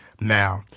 Now